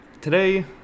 today